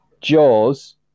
Jaws